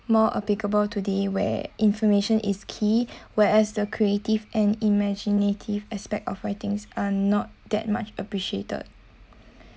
more applicable today where information is key whereas the creative and imaginative aspect of writings are not that much appreciated